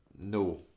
No